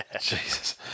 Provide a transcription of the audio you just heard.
Jesus